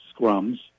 scrums